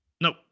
No